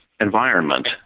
environment